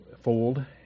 fold